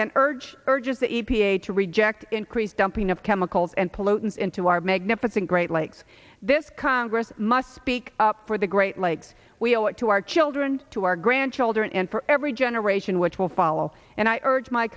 and urge urges the e p a to reject increased dumping of chemicals and pollutants into our magnificent great lakes this congress must speak up for the great lakes we owe it to our children to our grandchildren and for every generation which will follow and i urge my